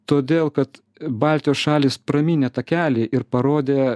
todėl kad baltijos šalys pramynė takelį ir parodė